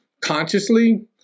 consciously